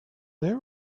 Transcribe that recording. there